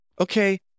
Okay